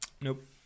Nope